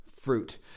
fruit